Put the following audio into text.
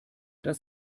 das